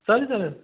चालेल चालेल